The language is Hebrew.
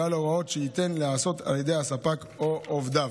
ועל ההוראות שייתן להיעשות על ידי הספק או עובדיו.